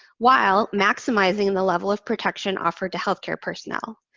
while maximizing the level of protection offered to healthcare personnel.